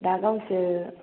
दा गावसो